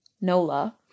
NOLA